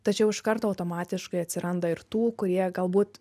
tačiau iš karto automatiškai atsiranda ir tų kurie galbūt